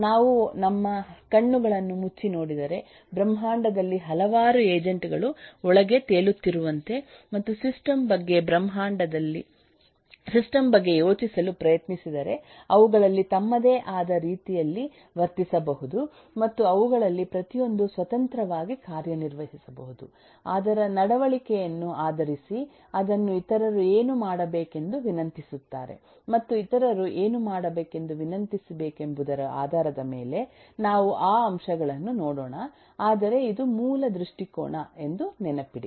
ನಾವು ನಮ್ಮ ಕಣ್ಣುಗಳನ್ನು ಮುಚ್ಚಿ ನೋಡಿದರೆ ಬ್ರಹ್ಮಾಂಡದಲ್ಲಿ ಹಲವಾರು ಏಜೆಂಟ್ ಗಳು ಒಳಗೆ ತೇಲುತ್ತಿರುವಂತೆ ಮತ್ತು ಸಿಸ್ಟಮ್ ಬಗ್ಗೆ ಯೋಚಿಸಲು ಪ್ರಯತ್ನಿಸಿದರೆ ಅವುಗಳಲ್ಲಿ ತಮ್ಮದೇ ಆದ ರೀತಿಯಲ್ಲಿ ವರ್ತಿಸಬಹುದು ಮತ್ತು ಅವುಗಳಲ್ಲಿ ಪ್ರತಿಯೊಂದೂ ಸ್ವತಂತ್ರವಾಗಿ ಕಾರ್ಯನಿರ್ವಹಿಸಬಹುದು ಅದರ ನಡವಳಿಕೆಯನ್ನು ಆಧರಿಸಿ ಅದನ್ನು ಇತರರು ಏನು ಮಾಡಬೇಕೆಂದು ವಿನಂತಿಸುತ್ತಾರೆ ಮತ್ತು ಇತರರು ಏನು ಮಾಡಬೇಕೆಂದು ವಿನಂತಿಸಬೇಕೆಂಬುದರ ಆಧಾರದ ಮೇಲೆ ನಾವು ಆ ಅಂಶಗಳನ್ನು ನೋಡೋಣ ಆದರೆ ಇದು ಮೂಲ ದೃಷ್ಟಿಕೋನ ಎಂದು ನೆನಪಿಡಿ